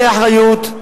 אחריות,